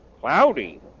cloudy